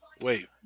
Wait